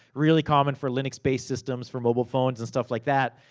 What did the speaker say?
really common for linux based systems, for mobile phones, and stuff like that.